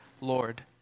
Lord